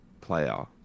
player